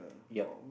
yep